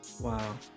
Wow